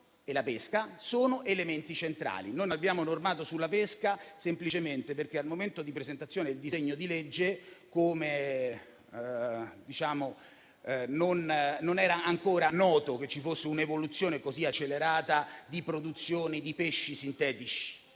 e la pesca sono elementi centrali. Noi non abbiamo normato sulla pesca semplicemente perché, al momento debba presentazione del disegno di legge, non era ancora noto che ci fosse un'evoluzione così accelerata della produzione di pesci sintetici: